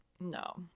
No